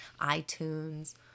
itunes